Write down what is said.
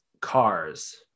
cars